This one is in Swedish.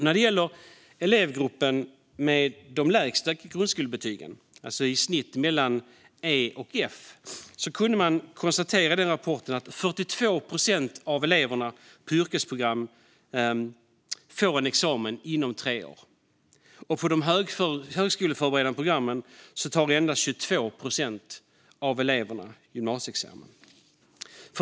När det gäller elevgruppen med de lägsta grundskolebetygen, i snitt mellan E och F, kunde man i rapporten konstatera att 42 procent av eleverna på yrkesprogrammen får en examen inom tre år. På de högskoleförberedande programmen tar endast 22 procent av eleverna gymnasieexamen.